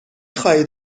خواهید